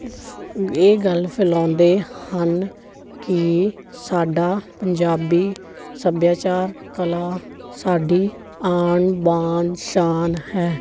ਫ ਇਹ ਗੱਲ ਫੈਲਾਉਂਦੇ ਹਨ ਕਿ ਸਾਡਾ ਪੰਜਾਬੀ ਸੱਭਿਆਚਾਰ ਕਲਾ ਸਾਡੀ ਆਨ ਬਾਨ ਸ਼ਾਨ ਹੈ